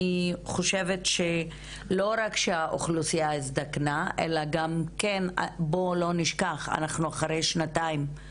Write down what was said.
אני חושבת שלא רק שהאוכלוסייה הזדקנה אלא בואו לא נשכח שאנחנו גם